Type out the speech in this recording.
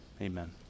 amen